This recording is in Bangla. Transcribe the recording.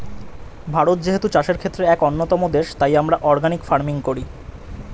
ভারত যেহেতু চাষের ক্ষেত্রে এক অন্যতম দেশ, তাই আমরা অর্গানিক ফার্মিং করি